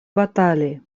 batali